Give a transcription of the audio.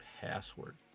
password